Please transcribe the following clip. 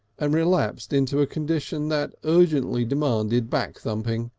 and relapsed into a condition that urgently demanded back thumping.